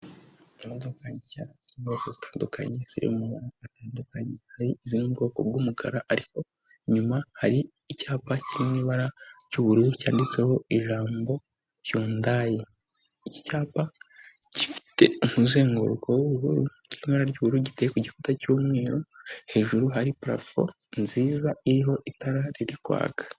Imodoka nshya zo mu bwoko butandukanye ziri mu bwoko bw'umukara ariko inyuma hari icyapa cy'ibara cy'ubururu cyanditseho ijambo "HYUNDAI". Iki cyapa gifite umuzenguruko w'ubururu kiri mu ibara ry'ubururu, giteye ku gikuta cy'umweru hejuru hari parafo nziza iriho itara riri kwaka.